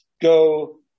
go